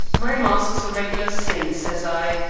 my master's a regular saint says i,